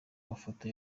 mafoto